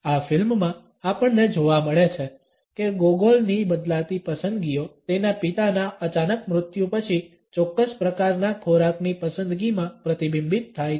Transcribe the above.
આ ફિલ્મમાં આપણને જોવા મળે છે કે ગોગોલની બદલાતી પસંદગીઓ તેના પિતાના અચાનક મૃત્યુ પછી ચોક્કસ પ્રકારના ખોરાકની પસંદગીમાં પ્રતિબિંબિત થાય છે